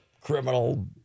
criminal